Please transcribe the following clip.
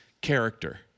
character